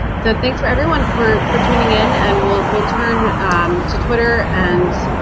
so thanks for everyone for for tuning in and we'll we'll turn to twitter and